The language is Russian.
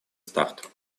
старт